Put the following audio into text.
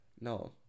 No